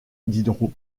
diderot